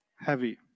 Heavy